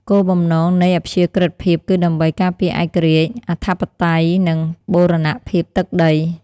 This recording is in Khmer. គោលបំណងនៃអព្យាក្រឹតភាពគឺដើម្បីការពារឯករាជ្យ អធិបតេយ្យ និងបូរណភាពទឹកដី។